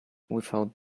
without